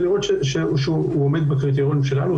זה לראות שהוא עומד בקריטריונים שלנו,